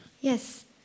Yes